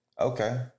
Okay